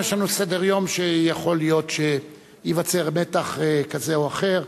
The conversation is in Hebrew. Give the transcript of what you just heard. היום יש לנו סדר-יום שיכול להיות שייווצר מתח כזה או אחר